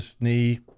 knee